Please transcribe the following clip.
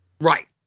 Right